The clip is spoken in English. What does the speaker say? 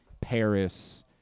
Paris